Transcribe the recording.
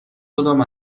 کدام